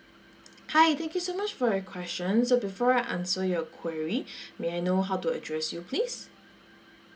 hi thank you so much for your question so before I answer your query may I know how to address you please